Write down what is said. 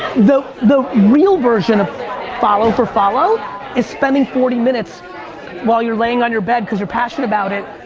the the real version of follow for follow is spending forty minutes while you're laying on your bed cause you're passionate about it,